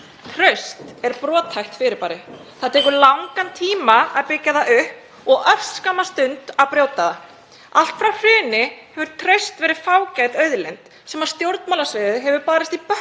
Traust er brothætt fyrirbæri. Það tekur langan tíma að byggja það upp og örskamma stund að brjóta það. Allt frá hruni hefur traust verið fágæt auðlind sem stjórnmálasviðið hefur barist í bökkum